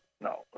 no